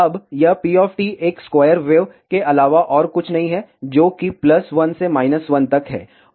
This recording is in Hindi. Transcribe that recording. अब यह p एक स्क्वायर वेव के अलावा और कुछ नहीं है जो कि प्लस 1 से 1 तक है